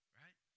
right